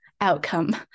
outcome